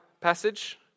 passage